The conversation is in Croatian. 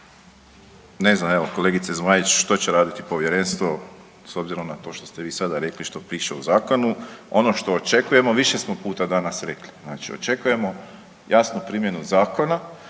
Ne znam evo kolegice Zmaić što će raditi povjerenstvo s obzirom na to što ste vi sada rekli što piše u zakonu. Ono što očekujemo više smo puta danas rekli, znači očekujemo jasnu primjenu zakona